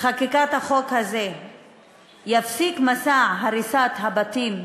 חקיקת החוק תפסיק את מסע הריסת הבתים,